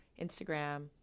Instagram